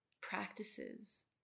practices